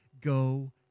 Go